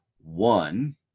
One